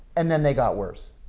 and then they got worse.